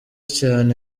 cyane